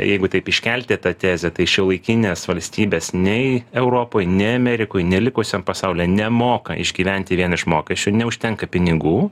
jeigu taip iškelti tą tezę tai šiuolaikinės valstybės nei europoj ne amerikoje nei likusiam pasauly nemoka išgyventi vien iš mokesčių neužtenka pinigų